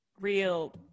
real